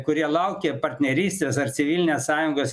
kurie laukia partnerystės ar civilinės sąjungos